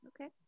okay